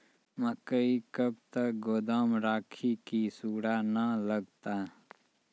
मकई कब तक गोदाम राखि की सूड़ा न लगता?